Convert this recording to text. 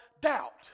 doubt